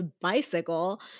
bicycle